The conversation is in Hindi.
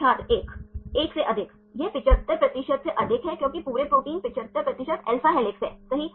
छात्र 1 1 से अधिक यह 75 प्रतिशत से अधिक है क्योंकि पूरे प्रोटीन 75 प्रतिशत alpha हेलिक्स है सही